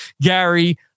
Gary